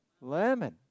Lemon